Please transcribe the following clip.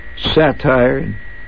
satire